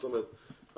זאת אומרת,